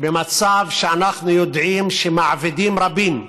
במצב שאנחנו יודעים שמעבידים רבים מנסים,